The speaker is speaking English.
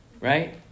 Right